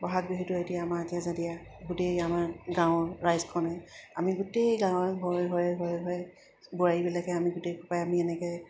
বহাগ বিহুটো এতিয়া আমাৰ এতিয়া যেতিয়া গোটেই আমাৰ গাঁৱৰ ৰাইজখনে আমি গোটেই গাঁৱৰ ঘৰে ঘৰে ঘৰে ঘৰে বোৱাৰীবিলাকে আমি গোটেই সোপাই আমি এনেকৈ